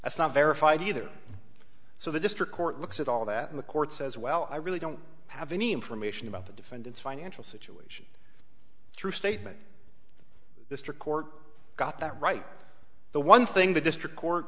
that's not verified either so the district court looks at all that in the courts says well i really don't have any information about the defendant's financial situation through statement mr court got that right the one thing the district court